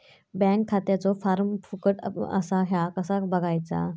Bank खात्याचो form फुकट असा ह्या कसा बगायचा?